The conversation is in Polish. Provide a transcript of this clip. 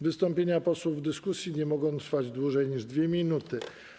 Wystąpienia posłów w dyskusji nie mogą trwać dłużej niż 2 minuty.